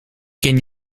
ken